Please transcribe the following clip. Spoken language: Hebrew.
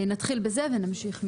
נתחיל בזה ונמשיך משם.